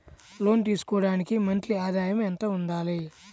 లోను తీసుకోవడానికి మంత్లీ ఆదాయము ఎంత ఉండాలి?